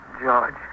George